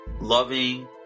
loving